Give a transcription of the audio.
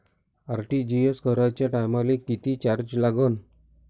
RTGS कराच्या टायमाले किती चार्ज लागन?